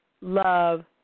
love